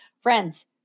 Friends